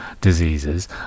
diseases